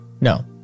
No